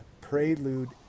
Prelude